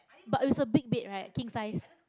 but it's a big bed right king size